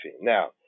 Now